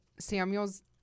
Samuels